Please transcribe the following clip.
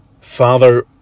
Father